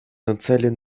нацелен